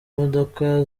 modoka